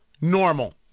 normal